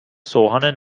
سوهان